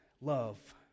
love